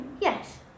Yes